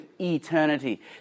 eternity